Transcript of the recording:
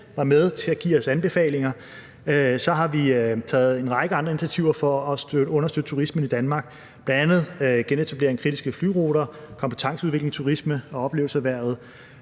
var med til at give os anbefalinger, har vi taget initiativ til en række andre ting for at understøtte turismen i Danmark, bl.a. genetablering af kritiske flyruter, kompetenceudvikling i turisme- og oplevelseserhvervet;